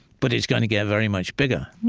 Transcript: but it's going to get very much bigger